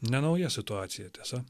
ne nauja situacija tiesa